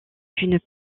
une